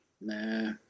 nah